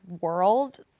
world